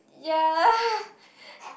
ya